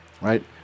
right